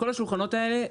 כל השולחנות האלה,